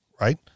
right